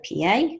PA